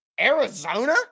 Arizona